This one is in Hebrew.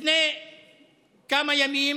לפני כמה ימים